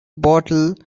bottle